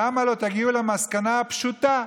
למה לא תגיעו למסקנה הפשוטה,